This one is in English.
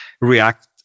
React